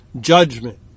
judgment